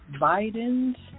Biden's